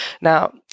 Now